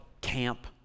camp